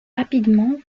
rapidement